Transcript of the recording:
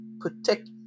protect